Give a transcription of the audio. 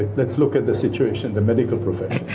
let's look at the situation, the medical profession,